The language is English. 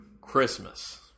Christmas